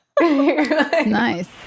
Nice